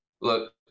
look